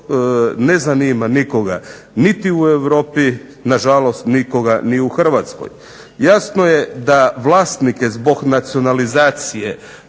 ne zanima nikoga niti u Europi nažalost nikoga ni u Hrvatskoj. Jasno je da vlasnike zbog nacionalizacije